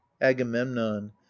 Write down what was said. agamemnon